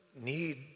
need